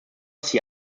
see